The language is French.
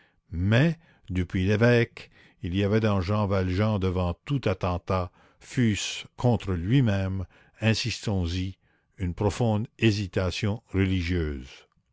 mais depuis l'évêque il y avait dans jean valjean devant tout attentat fût-ce contre lui-même insistons y une profonde hésitation religieuse